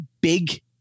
big